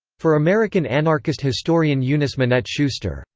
for american anarchist historian eunice minette schuster,